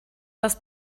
das